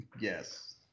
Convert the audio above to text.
yes